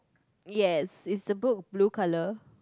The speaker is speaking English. yes is the book blue colour